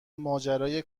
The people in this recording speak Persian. ماجرای